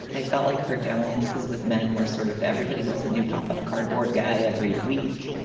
i felt like her dalliances with men were sort of everybody was a new pop up cardboard guy every week.